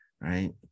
right